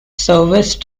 service